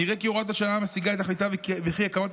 נראה כי הוראת השעה משיגה את תכליתה וכי הקמת